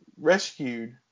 rescued